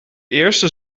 eerste